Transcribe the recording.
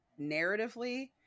narratively